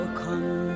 come